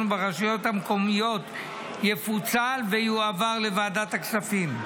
וברשויות המקומיות יפוצל ויועבר לוועדת הכספים.